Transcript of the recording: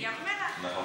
ים המלח.